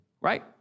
Right